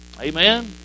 Amen